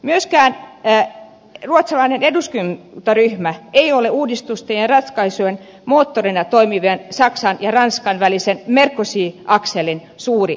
myöskään ruotsalainen eduskuntaryhmä ei ole uudistusten ja ratkaisujen moottorina toimivien saksan ja ranskan välisen merkozy akselin suuri ihailija